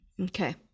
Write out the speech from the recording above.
Okay